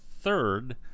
third